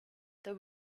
there